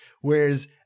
Whereas